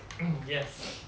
mm yes